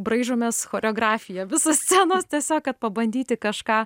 braižomės choreografiją visos scenos tiesiog kad pabandyti kažką